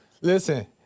listen